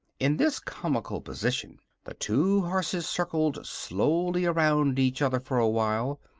in this comical position the two horses circled slowly around each other for a while,